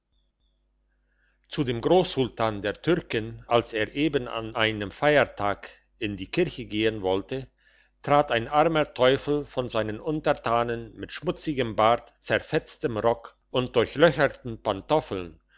zu dem grosssultan der türken als er eben an einem freitag in die kirche gehen wollte trat ein armer teufel von seinen untertanen mit schmutzigem bart zerfetztem rock und durchlöcherten pantoffeln